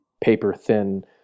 paper-thin